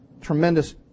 tremendous